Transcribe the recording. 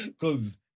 Cause